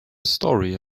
story